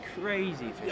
crazy